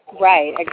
Right